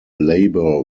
labour